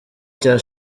cya